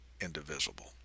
indivisible